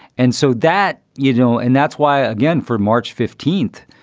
and so that you know, and that's why, again, for march fifteenth,